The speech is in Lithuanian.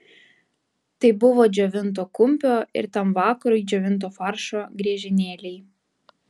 tai buvo džiovinto kumpio ir tam vakarui džiovinto faršo griežinėliai